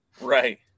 Right